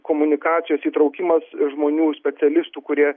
komunikacijos įtraukimas žmonių specialistų kurie